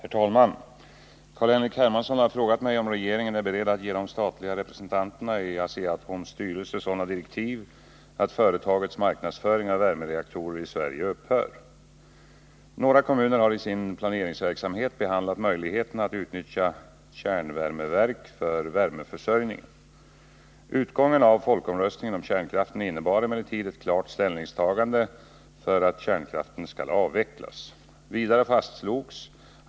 utbyggnad av värmereaktorer inte skall få förekomma. Centerpartiet och 137 vpk har givit uttryck för samma uppfattning. Fyra av fem riksdagspartier och två av tre regeringspartier har alltså klart sagt ifrån att man inte kommer att acceptera någon utbyggnad av värmereaktorer.